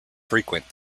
frequent